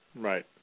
Right